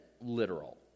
literal